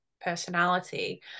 personality